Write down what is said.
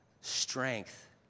Strength